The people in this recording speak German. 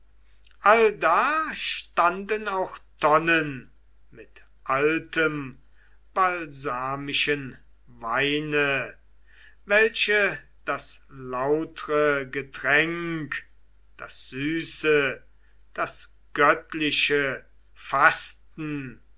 allda standen auch tonnen mit altem balsamischem weine welche das lautre getränk das süße das göttliche faßten